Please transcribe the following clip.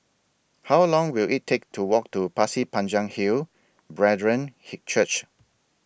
How Long Will IT Take to Walk to Pasir Panjang Hill Brethren Hey Church